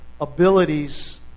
abilities